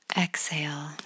Exhale